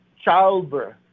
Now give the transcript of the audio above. childbirth